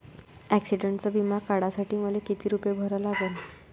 ॲक्सिडंटचा बिमा काढा साठी मले किती रूपे भरा लागन?